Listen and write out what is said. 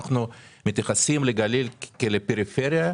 מתייחסים לגליל כאל פריפריה?